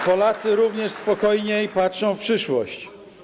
Polacy również spokojniej patrzą w przyszłość.